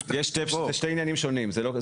אלה שני עניינים שונים.